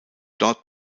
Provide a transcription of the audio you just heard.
dort